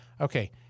okay